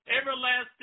everlasting